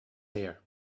hair